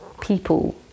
people